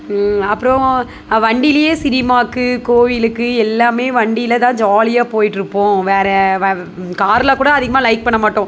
அப்புறோம் வண்டிலேயே சினிமாக்கு கோவிலுக்கு எல்லாமே வண்டியில் தான் ஜாலியாக போயிட்ருப்போம் வேறு வ காரில் கூட அதிகமாக லைக் பண்ண மாட்டோம்